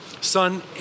son